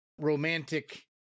romantic